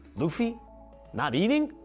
luffy not eating?